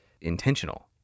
intentional